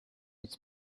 its